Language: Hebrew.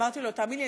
ואמרתי לו: תאמין לי,